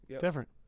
Different